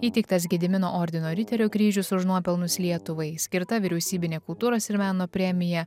įteiktas gedimino ordino riterio kryžius už nuopelnus lietuvai skirta vyriausybinė kultūros ir meno premija